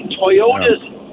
Toyota's